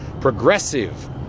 progressive